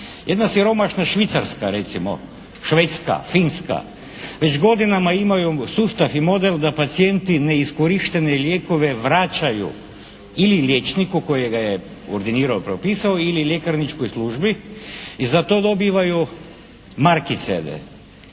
Jedna siromašna Švicarska recimo, Švedska, Finska, već godinama imaju sustav i model da pacijenti neiskorištene lijekove vraćaju ili liječniku koji ga je ordinirao, propisao ili ljekarničkoj službi i za to dobivaju markice,